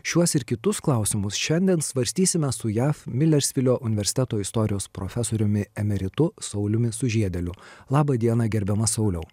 šiuos ir kitus klausimus šiandien svarstysime su jav milersfilio universiteto istorijos profesoriumi emeritu sauliumi sužiedėliu laba diena gerbiamas sauliau